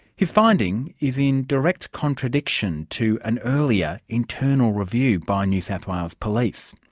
his finding is in direct contradiction to an earlier internal review by new south wales police.